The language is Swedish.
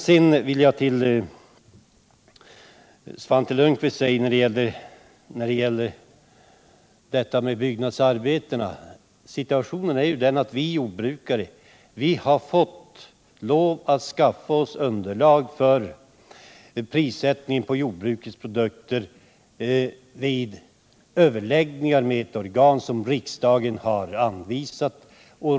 Sedan vill jag till Svante Lundkvist säga när det gäller detta med byggarbetarna, att situationen är ju den att vi jordbrukare har fått lov att skaffa oss underlag för prissättningen på jordbruksprodukter vid överläggningar med ett organ som riksdagen har anvisat.